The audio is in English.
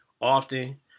often